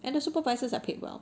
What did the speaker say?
and the supervisors are paid well